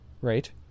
right